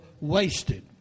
wasted